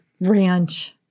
ranch